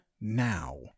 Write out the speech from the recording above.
now